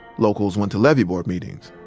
locals went to levee-board meetings.